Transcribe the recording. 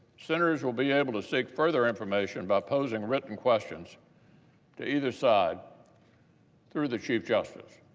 senators will be able to seek further information about posing written questions to either side through the chief justice.